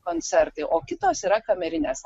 koncertai o kitos yra kamerinės